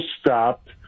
stopped